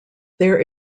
there